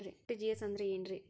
RTGS ಅಂದ್ರ ಏನ್ರಿ?